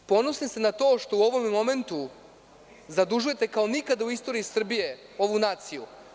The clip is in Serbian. Ponosni ste na to što u ovom momentu zadužujete kao nikada u istoriji Srbije ovu naciju?